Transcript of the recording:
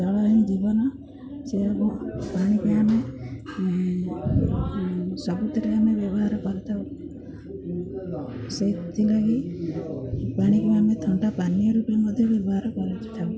ଜଳ ହିଁ ଜୀବନ ସେ ପାଣିକି ଆମେ ସବୁଥିରେ ଆମେ ବ୍ୟବହାର କରିଥାଉ ସେଥିଲାଗି ପାଣିକୁ ଆମେ ଥଣ୍ଡା ପାନୀୟ ରୂପେ ମଧ୍ୟ ବ୍ୟବହାର କରୁଥାଉ